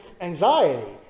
anxiety